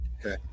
Okay